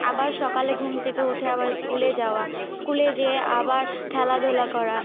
আবার সকালে ঘুম থেকে উঠে আবার স্কুলে যাওয়া স্কুলে যেয়ে আবার খেলাধুলা করা